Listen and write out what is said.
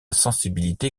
sensibilité